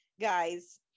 guys